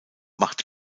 macht